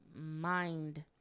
mind